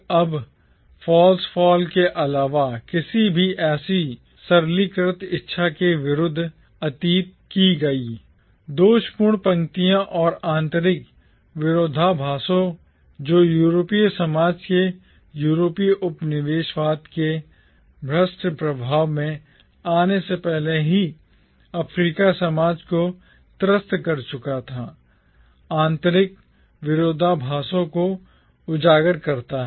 अब false fall के अलावा किसी भी ऐसी सरलीकृत इच्छा के विरुद्ध अतीत की कई दोषपूर्ण पंक्तियों और आंतरिक विरोधाभासों को प्रकट करके जो यूरोपीय समाज के यूरोपीय उपनिवेशवाद के भ्रष्ट प्रभाव में आने से पहले ही अफ्रीकी समाज को त्रस्त कर चुका था आंतरिक विरोधाभासों को उजागर करता है